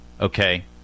Okay